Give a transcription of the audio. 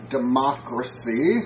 Democracy